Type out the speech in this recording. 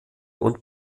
und